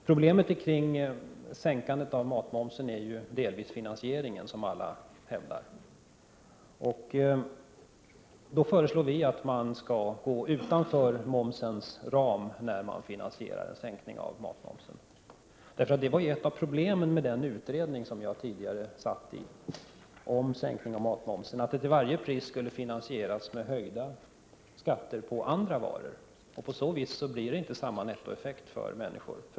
Problemet med en sänkning av matmomsen är delvis finansieringen, som alla hävdar. Vi föreslår att man skall gå utanför momsens ram när man finansierar en sänkning. Ett av problemen i den utredning om en sänkning av matmomsen som jag tidigare satt med i, var att en sänkning till varje pris skulle finansieras med höjda skatter på andra varor. På så vis blir det inte samma nettoeffekt för människor.